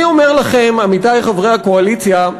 אני אומר לכם, עמיתי חברי הקואליציה,